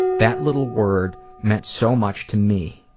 that little word meant so much to me.